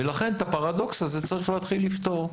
לכן את הפרדוכס הזה צריך להתחיל לפתור.